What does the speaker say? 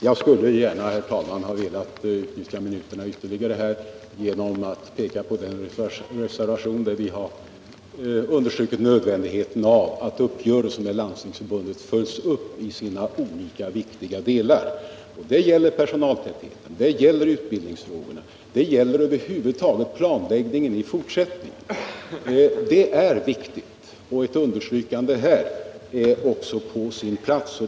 Jag skulle gärna, herr talman, vilja utnyttja minuterna ytterligare genom att peka på den reservation vari vi understrukit nödvändigheten av att uppgörelsen med Landstingsförbundet följs upp i sina olika viktiga delar. Det gäller personaltätheten, utbildningsfrågorna och över huvud taget planläggningen i fortsättningen. Ett understrykande här är på sin plats.